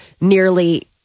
nearly